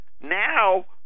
Now